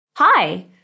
Hi